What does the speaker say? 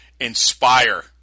Inspire